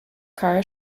car